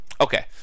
Okay